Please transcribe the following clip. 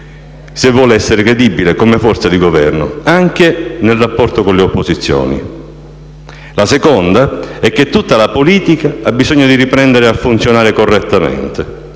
se vuole essere credibile come forza di governo, anche nel rapporto con le opposizioni. La seconda è che tutta la politica ha bisogno di riprendere a funzionare correttamente: